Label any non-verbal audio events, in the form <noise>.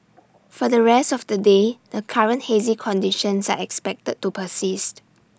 <noise> for the rest of the day the current hazy conditions are expected to persist